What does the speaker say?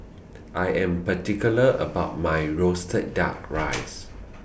I Am particular about My Roasted Duck Rice